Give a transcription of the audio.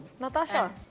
Natasha